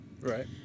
Right